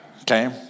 Okay